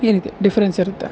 ಈ ರೀತಿ ಡಿಫ್ರೆನ್ಸ್ ಇರುತ್ತೆ